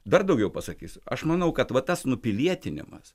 dar daugiau pasakysiu aš manau kad va tas nupilietinimas